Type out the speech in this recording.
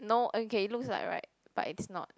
no okay looks like right but it is not